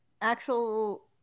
actual